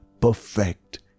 perfect